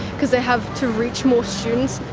because they have to reach more students.